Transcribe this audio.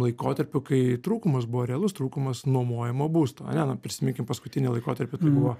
laikotarpių kai trūkumas buvo realus trūkumas nuomojamo būsto ane na prisiminkim paskutinį laikotarpį tai buvo